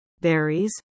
berries